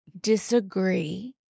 disagree